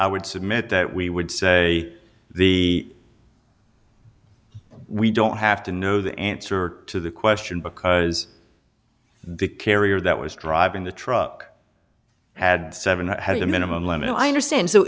i would submit that we would say the we don't have to know the answer to the question because the carrier that was driving the truck had seven or had a minimum limit i understand